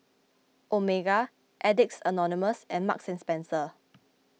Omega Addicts Anonymous and Marks and Spencer